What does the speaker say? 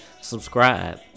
Subscribe